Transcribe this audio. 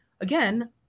Again